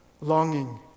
longing